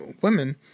women